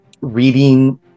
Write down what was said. reading